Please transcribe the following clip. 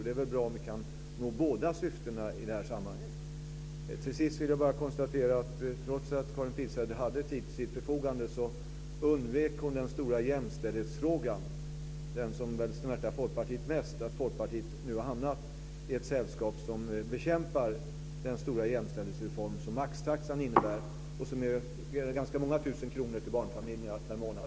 Det är väl bra om vi kan nå båda syftena i detta sammanhang. Till sist vill jag bara konstatera att Karin Pilsäter, trots att hon hade tid till sitt förfogande, undvek den stora jämställdhetsfrågan - den som väl smärtar Folkpartiet mest. Folkpartiet har nu hamnat i ett sällskap som bekämpar den stora jämställdhetsreform som maxtaxan innebär och som ger ganska många tusen kronor till barnfamiljerna per månad.